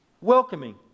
Welcoming